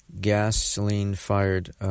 gasoline-fired